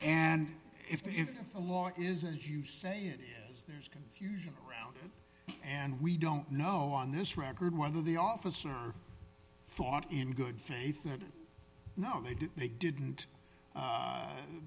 and if the law is as you say it is there's confusion around and we don't know on this record whether the officer thought in good faith that no they did they didn't